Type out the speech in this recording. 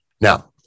Now